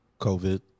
COVID